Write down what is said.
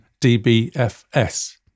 dBFS